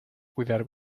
cuidar